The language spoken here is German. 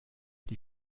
die